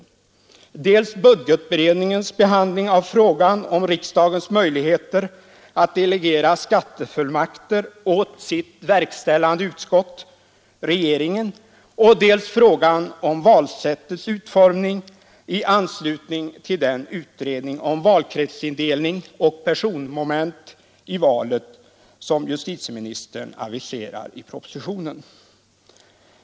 Det gäller dels budgetutredningens behandling av frågan om riksdagens möjligheter att delegera skattefullmakter åt sitt verkställande utskott, dvs. regeringen, dels frågan om valsättets utformning i anslutning till en utredning om valkretsindelning och personmoment i valet som justitieministern aviserar i propositionen.